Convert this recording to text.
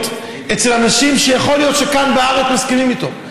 אצל אנשים שיכול להיות שכאן בארץ מסכימים איתו.